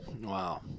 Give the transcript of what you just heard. Wow